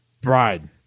bride